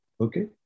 Okay